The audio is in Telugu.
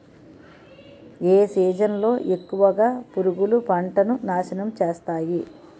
ఏ సీజన్ లో ఎక్కువుగా పురుగులు పంటను నాశనం చేస్తాయి?